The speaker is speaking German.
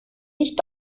nicht